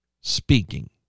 speaking